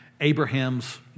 Abraham's